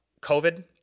COVID